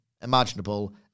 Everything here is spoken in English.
imaginable